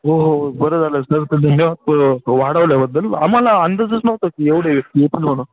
हो हो बरं झालं सर धन्यवाद वाढवल्याबद्दल आम्हाला अंदाजच नव्हता की एवढे व्यक्ती येतील म्हणून